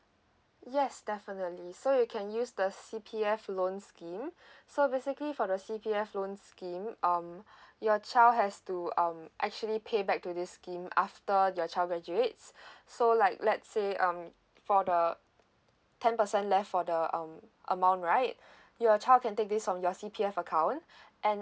yes definitely so you can use the C_P_F loan scheme so basically for the C_P_F loan scheme um your child has to um actually pay back to this scheme after your child graduates so like let's say um for the ten percent left for the um amount right your child can take this from your C_P_F account and